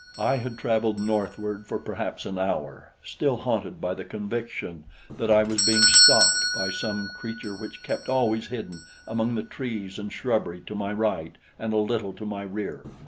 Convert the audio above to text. i had traveled northward for perhaps an hour, still haunted by the conviction that i was being stalked by some creature which kept always hidden among the trees and shrubbery to my right and a little to my rear,